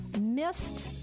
missed